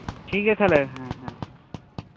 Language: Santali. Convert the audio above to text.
ᱴᱷᱤᱠ ᱜᱮᱭᱟ ᱛᱟᱦᱞᱮ ᱦᱮᱸ